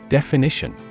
Definition